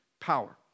power